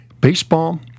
Baseball